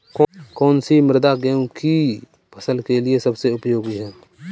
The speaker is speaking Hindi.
कौन सी मृदा गेहूँ की फसल के लिए सबसे उपयोगी है?